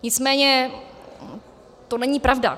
Nicméně to není pravda.